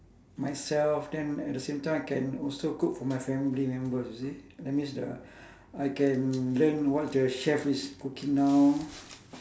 myself then at the same time I can also cook for my family members you see that means the I can learn what the chef is cooking now